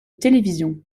télévision